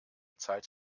zeit